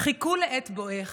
// חיכו לעת בואך,